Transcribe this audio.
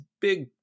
big